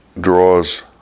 draws